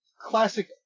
classic